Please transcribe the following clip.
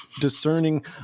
discerning